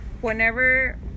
whenever